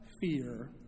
fear